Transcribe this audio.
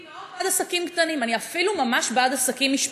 אני מאוד בעד עסקים קטנים.